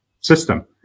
system